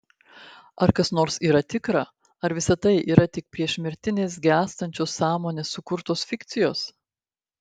ar kas nors yra tikra ar visa tai yra tik priešmirtinės gęstančios sąmonės sukurtos fikcijos